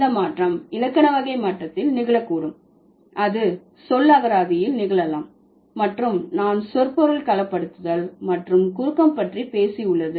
இந்த மாற்றம் இலக்கண வகை மட்டத்தில் நிகழக்கூடும் அது சொல்லகராதியில் நிகழலாம் மற்றும் நான் சொற்பொருள் கலப்படுத்துதல் மற்றும் குறுக்கம் பற்றி பேசி உள்ளது